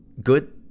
good